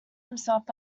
himself